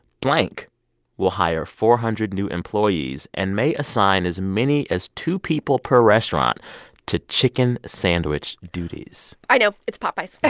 blank will hire four hundred new employees and may assign as many as two people per restaurant to chicken sandwich duties i know. it's popeyes yes.